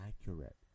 accurate